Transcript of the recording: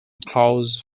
klaus